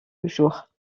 jours